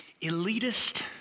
elitist